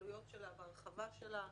העלויות שלה וההרחבה שלה,